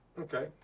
Okay